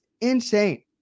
insane